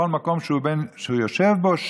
בכל מקום שהוא יושב בו,